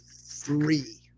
three